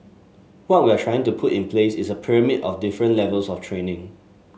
what we're trying to put in place is a pyramid of different levels of training